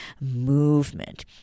Movement